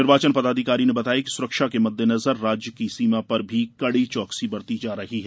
निर्वाचन पदाधिकारी ने बताया कि सुरक्षा के मददेनजर राज्य की सीमा पर भी कड़ी चौकसी बरती जा रही है